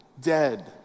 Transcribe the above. dead